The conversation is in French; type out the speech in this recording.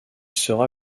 sera